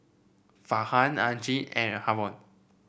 Farhan Aizat and Haron